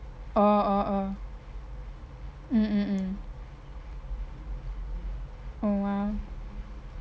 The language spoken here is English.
orh orh orh mm mm mm oh !wah!